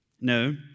No